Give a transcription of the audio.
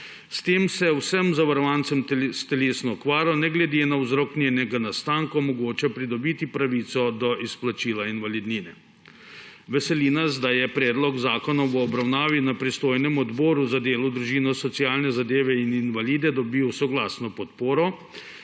S tem se vsem zavarovancem s telesno okvaro ne glede na vzrok njenega nastanka omogočapridobiti pravico do izplačila invalidnine. Veseli nas, da je predlog zakona v obravnavi na pristojnem Odboru za delo, družino, socialne zadeve in invalide dobil soglasno podporo,